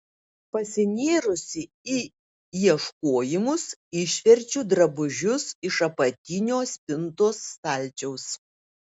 pasinėrusi į ieškojimus išverčiu drabužius iš apatinio spintos stalčiaus